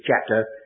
chapter